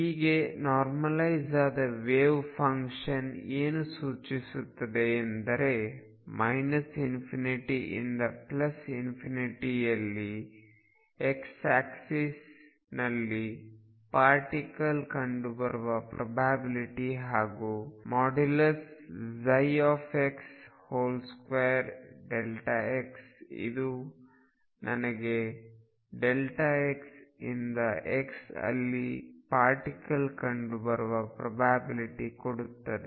ಹೀಗೆ ನಾರ್ಮಲೈಜ್ ಆದ wave function ಏನು ಸೂಚಿಸುತ್ತದೆ ಎಂದರೆ −∞ ಇಂದ ∞ಯಲ್ಲಿ x ಆಕ್ಸಿಸ್ನಲ್ಲಿ ಪಾರ್ಟಿಕಲ್ ಕಂಡುಬರುವ ಪ್ರೊಬ್ಯಾಬಿಲ್ಟಿ ಹಾಗೂψ2x ಇದು ನನಗೆ x ಇಂದ x ಅಲ್ಲಿ ಪಾರ್ಟಿಕಲ್ ಕಂಡುಬರುವ ಪ್ರೊಬ್ಯಾಬಿಲ್ಟಿ ಕೊಡುತ್ತದೆ